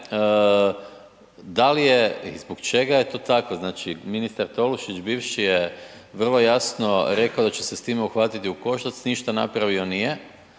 da li je i zbog čega je to tako? Ministar Tolušić bivši je vrlo jasno rekao da će se s time uhvatiti u koštac, ništa napravio nije.